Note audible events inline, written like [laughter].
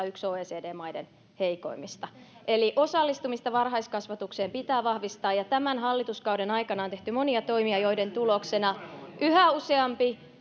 [unintelligible] yksi oecd maiden heikoimmista eli osallistumista varhaiskasvatukseen pitää vahvistaa ja tämän hallituskauden aikana on tehty monia toimia joiden tuloksena yhä useampi [unintelligible]